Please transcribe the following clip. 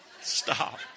Stop